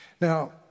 Now